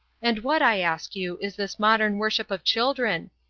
and what, i ask you, is this modern worship of children?